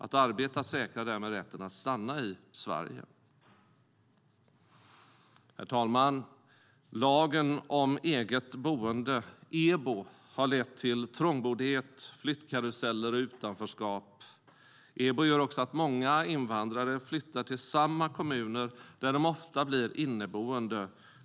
Att arbeta säkrar därmed rätten att stanna i Sverige.Herr talman! Lagen om eget boende, EBO, har lett till trångboddhet, flyttkaruseller och utanförskap. EBO gör också att många invandrare flyttar till samma kommuner, där de ofta blir inneboende.